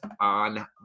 on